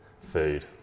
food